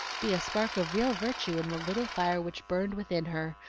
be a spark of real virtue in the little fire which burned within her,